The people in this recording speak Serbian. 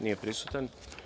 Nije prisutan.